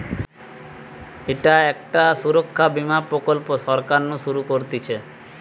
ইটা একটা সুরক্ষা বীমা প্রকল্প সরকার নু শুরু করতিছে